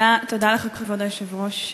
כבוד היושב-ראש,